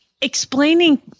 Explaining